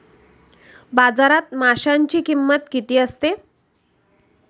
बाजारात माशांची किंमत किती असते?